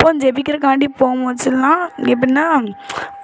அப்போது ஜெயிக்கிறக்காண்டி போகும் போது சொன்னால் எப்படின்னா